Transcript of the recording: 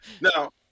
Now